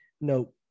no